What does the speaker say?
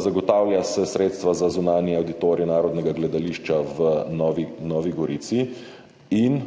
zagotavlja se sredstva za zunanji avditorij Narodnega gledališča v Novi Gorici in